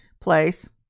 place